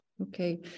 Okay